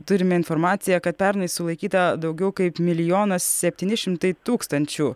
turime informaciją kad pernai sulaikyta daugiau kaip milijonas septyni šimtai tūkstančių